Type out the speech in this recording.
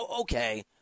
Okay